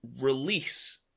release